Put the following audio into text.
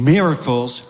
Miracles